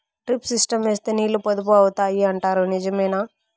Drip system వేస్తే నీళ్లు పొదుపు అవుతాయి అంటారు నిజమేనా?